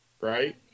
right